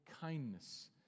kindness